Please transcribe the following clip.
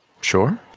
sure